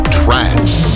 trance